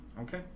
okay